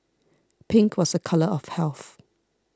pink was a colour of health